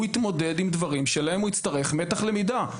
יתמודד עם דברים שבשבילם הוא יצטרך מתח למידה.